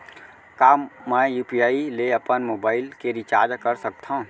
का मैं यू.पी.आई ले अपन मोबाइल के रिचार्ज कर सकथव?